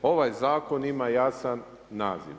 Ovaj Zakon ima jasan naziv.